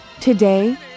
Today